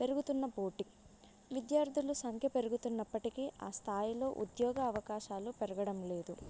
పెరుగుతున్న పోటీ విద్యార్థులు సంఖ్య పెరుగుతున్నప్పటికీ ఆ స్థాయిలో ఉద్యోగ అవకాశాలు పెరగడం లేదు